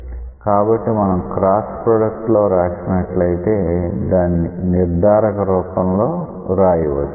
కాబట్టి మనం cross product లో రాసినట్లైతే దానిని నిర్ధారక రూపం లో వ్రాయవచ్చు